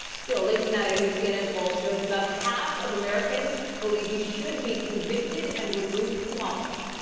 still late tonight a new cnn poll shows about half of americans believe he should be convicted and removed from office.